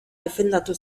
defendatu